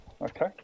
Okay